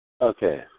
Okay